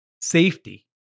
safety